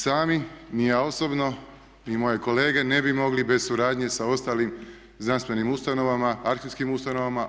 Sami ni ja osobno ni moje kolege ne bi mogli bez suradnje sa ostalim znanstvenim ustanovama, arhivskim ustanovama.